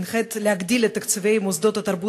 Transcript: הנחית להגדיל את תקציבי מוסדות התרבות